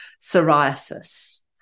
psoriasis